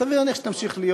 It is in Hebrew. וסביר להניח שתמשיך להיות.